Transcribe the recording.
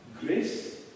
grace